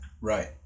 right